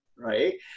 right